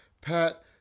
Pat